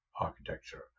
architecture